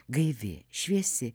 gaivi šviesi